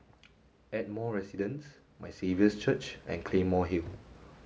Ardmore Residence My Saviour's Church and Claymore Hill